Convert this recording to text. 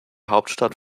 hauptstadt